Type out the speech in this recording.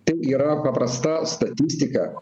tai yra paprasta statistika